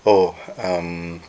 oh um